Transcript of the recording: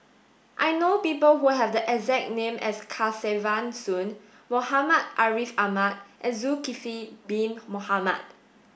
I know people who have the exact name as Kesavan Soon Muhammad Ariff Ahmad and Zulkifli bin Mohamed